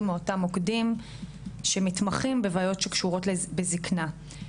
מאותם מוקדים שמתמחים בבעיות שקשורות בזקנה.